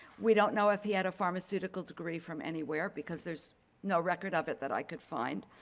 we don't know if he had a pharmaceutical degree from anywhere, because there's no record of it that i could find.